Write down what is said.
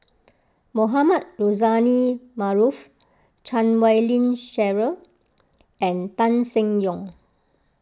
Mohamed Rozani Maarof Chan Wei Ling Cheryl and Tan Seng Yong